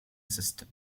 system